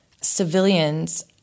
Civilians